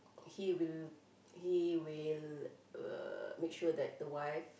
he will he will uh make sure that the wife